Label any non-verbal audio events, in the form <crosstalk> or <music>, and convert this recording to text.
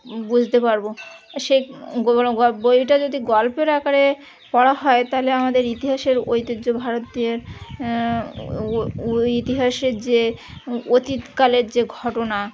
বুঝতে পারবো সে <unintelligible> বইটা যদি গল্পের আকারে পড়া হয় তাহলে আমাদের ইতিহাসের ঐতিহ্য ভারতের ওই ইতিহাসের যে অতীতকালের যে ঘটনা